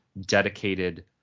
dedicated